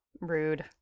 Rude